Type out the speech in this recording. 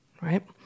right